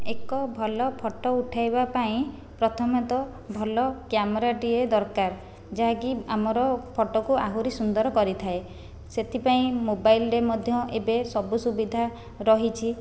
ଏକ ଭଲ ଫଟୋ ଉଠାଇବା ପାଇଁ ପ୍ରଥମେ ତ ଭଲ କ୍ୟାମେରାଟିଏ ଦରକାର ଯାହାକି ଆମର ଫଟୋକୁ ଆହୁରି ସୁନ୍ଦର କରିଥାଏ ସେଥିପାଇଁ ମୋବାଇଲରେ ମଧ୍ୟ ଏବେ ସବୁ ସୁବିଧା ରହିଛି